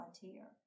volunteer